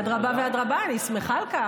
אדרבה ואדרבה, אני שמחה על כך.